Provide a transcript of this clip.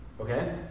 Okay